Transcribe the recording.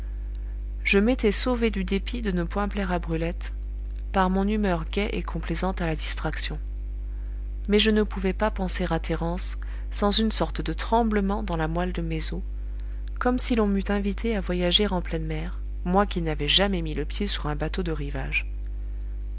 je m'étais sauvé du dépit de ne point plaire à brulette par mon humeur gaie et complaisante à la distraction mais je ne pouvais pas penser à thérence sans une sorte de tremblement dans la moelle de mes os comme si l'on m'eût invité à voyager en pleine mer moi qui n'avais jamais mis le pied sur un bateau de rivage